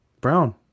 brown